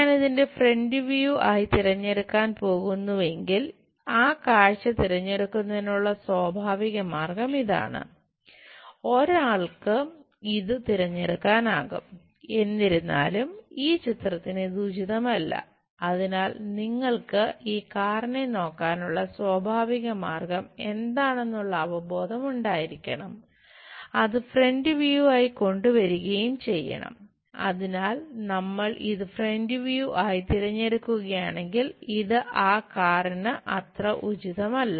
ഞാൻ ഇതിനെ front view ആയി തിരഞ്ഞെടുക്കുകയാണെങ്കിൽ ഇത് ഈ കാറിന് അത്ര ഉചിതമല്ല